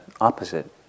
opposite